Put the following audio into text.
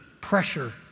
pressure